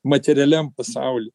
materialiam pasauly